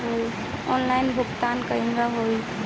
Online भुगतान केगा होला?